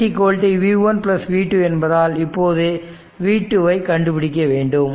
v v 1 v 2 என்பதால் இப்போது v2 ஐ கண்டு பிடிக்க வேண்டும்